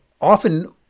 often